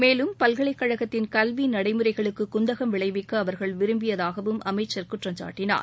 மேலும் இந்தப் பல்கலைக்கழகத்தின் கல்வி நடைமுறைகளுக்கு குந்தகம் விளைவிக்க அவர்கள் விரும்பியதாகவும் அமைச்சர் குற்றம் சாட்டினார்